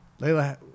Layla